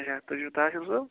اچھا تُہۍ چھو طاہِر صوب